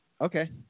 Okay